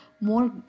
more